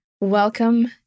welcome